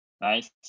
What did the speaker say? Nice